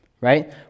right